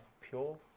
pure